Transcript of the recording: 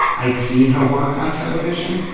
i'd seen her work on television.